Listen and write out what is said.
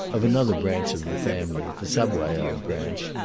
of another branch of the family, the savoyard branch,